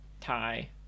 tie